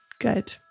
Good